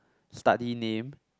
study name